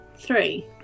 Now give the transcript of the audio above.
three